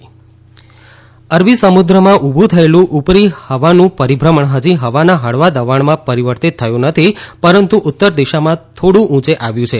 હવામાન અરબી સમુદ્રમાં ઊભૂ થયેલું ઉપરી હવાનું પરિભ્રમણ હજી હવાના હળવા દબાણમાં પરિવર્તિત થયું નથી પરંતુ ઉત્તર દિશામાં થોડું ઊંચે આવ્યું છે